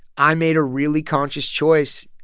i made a really conscious choice.